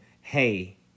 hey